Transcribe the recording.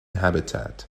habitat